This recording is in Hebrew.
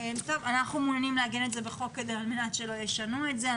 אנחנו מעוניינים לעגן את זה בחוק כדי שלא ישנו את זה.